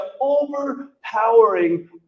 overpowering